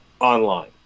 online